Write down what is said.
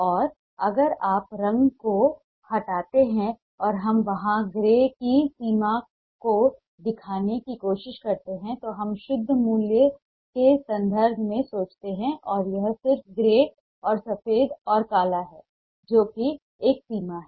और अगर आप रंग को हटाते हैं और हम वहां ग्रे की सीमा को देखने की कोशिश करते हैं तो हम शुद्ध मूल्य के संदर्भ में सोचते हैं और यह सिर्फ ग्रे और सफेद और काला है जो कि एक सीमा है